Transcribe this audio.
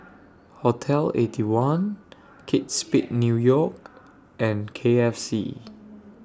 Hotel Eighty One Kate Spade New York and K F C